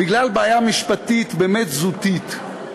בגלל בעיה משפטית באמת זוטרה,